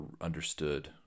understood